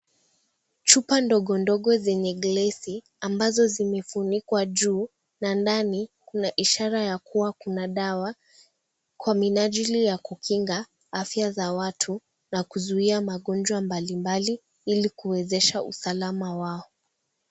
Chupa ndogo ndogo zenye glesi ambazo zimefunikwa juu na ndani kuna ishara ya kuwa kuna dawa kwa minajiri ya kukinga afya za watu na kuzuia magonjwa mbalimbali ili kuwezesha usalama wao.